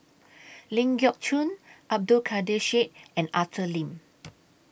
Ling Geok Choon Abdul Kadir Syed and Arthur Lim